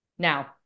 Now